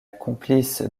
complice